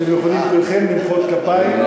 אתם יכולים כולכם למחוא כפיים,